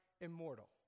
immortal